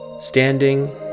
standing